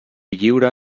lliure